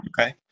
Okay